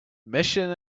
mission